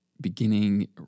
beginning